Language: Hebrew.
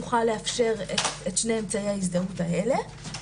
נוכל לאפשר את שני אמצעי ההזדהות האלה.